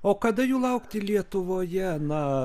o kada jų laukti lietuvoje na